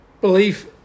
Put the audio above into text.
belief